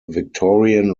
victorian